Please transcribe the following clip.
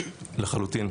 לחלוטין.